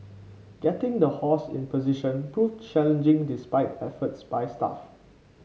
getting the horse in position proved challenging despite efforts by staff